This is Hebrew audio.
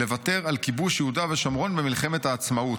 לוותר על כיבוש יהודה ושומרון במלחמת העצמאות,